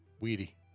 weedy